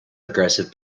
aggressive